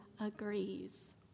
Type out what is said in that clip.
agrees